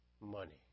money